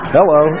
Hello